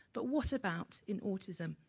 but what about in autism,